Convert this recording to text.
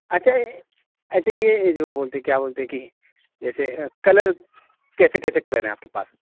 اچھا اچھا یہ یہ جو بولتے ہیں کیا بولتے ہیں کہ جیسے کلر کیسے کیسے کلر ہیں آپ کے پاس